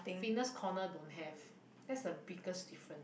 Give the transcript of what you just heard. fitness corner don't have that's the biggest difference